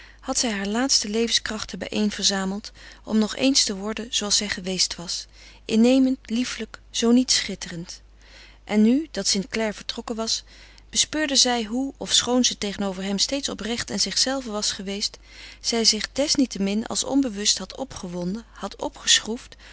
had zij hare laatste levenskrachten bijeen verzameld om nog eens te worden zooals zij geweest was innemend lieflijk zoo niet schitterend en nu dat st clare vertrokken was bespeurde zij hoe ofschoon ze tegenover hem steeds oprecht en zichzelve was geweest zij zich desniettemin als onbewust had opgewonden had